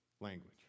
language